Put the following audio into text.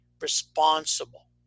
responsible